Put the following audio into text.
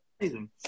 Amazing